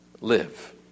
Live